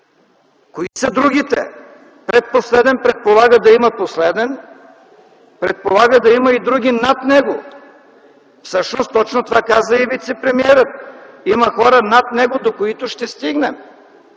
Кои са другите? Предпоследен предполага да има последен, предполага да има и други над него. Всъщност точно това каза и вицепремиерът – „Има хора по-горе, до които ще стигнем”.